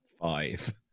Five